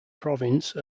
province